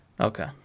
Okay